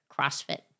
CrossFit